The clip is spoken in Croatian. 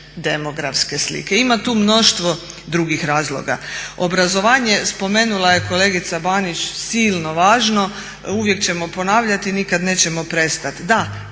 demografske slike. Ima tu mnoštvo drugih razloga. Obrazovanje spomenula je kolegica Banić, silno važno, uvijek ćemo ponavljati i nikad nećemo prestati.